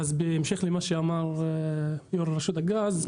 בהמשך למה שאמר יושב-ראש רשות הגז,